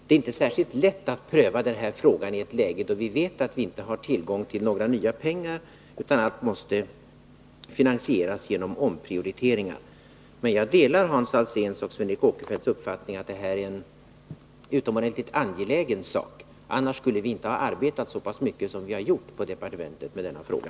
Det är inte särskilt lätt att pröva den här frågan i ett läge då vi vet att vi inte har tillgång till några nya pengar, utan allt måste finansieras genom omprioriteringar. Men jag delar Hans Alséns och Sven Eric Åkerfeldts uppfattning att detta är en utomordentligt angelägen sak. Annars skulle vi inte ha arbetat så pass mycket som vi gjort på departementet med denna fråga.